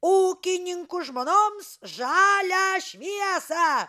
ūkininkų žmonoms žalią šviesą